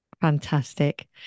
fantastic